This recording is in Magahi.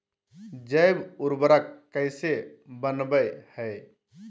जैव उर्वरक कैसे वनवय हैय?